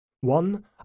one